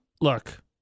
Look